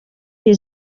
iyi